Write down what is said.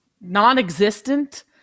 non-existent